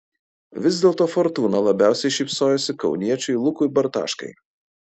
vis dėlto fortūna labiausiai šypsojosi kauniečiui lukui bartaškai